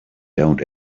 don’t